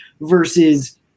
versus